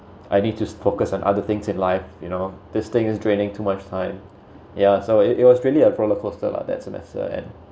I need to focus on other things in life you know this thing is draining too much time yeah so it it was really a rollercoaster lah that semester end